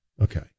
Okay